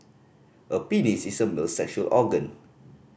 a penis is a male's sexual organ